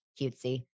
cutesy